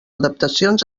adaptacions